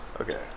Okay